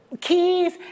keys